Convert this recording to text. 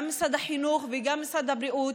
גם משרד החינוך וגם משרד הבריאות,